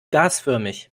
gasförmig